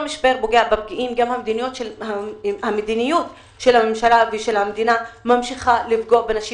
גם המדיניות של הממשלה ושל המדינה ממשיכה לפגוע בנשים,